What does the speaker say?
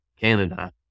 Canada